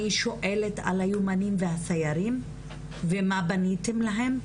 אני שואלת על היומנאים והסיירים ומה בניתם להם?